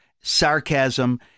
sarcasm